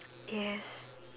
yes